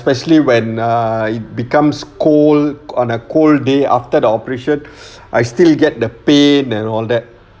especially when ah it becomes cold on a cold day after the operation I still get the pain and all that